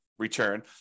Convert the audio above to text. return